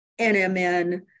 NMN